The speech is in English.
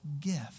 gift